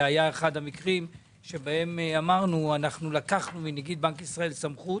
זה היה אחד המקרים שבהם לקחנו מנגיד בנק ישראל סמכות,